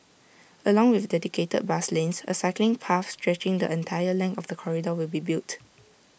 along with dedicated bus lanes A cycling path stretching the entire length of the corridor will be built